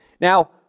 Now